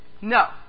No